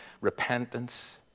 repentance